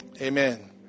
amen